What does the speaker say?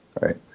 right